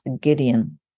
Gideon